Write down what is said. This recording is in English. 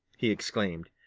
he exclaimed.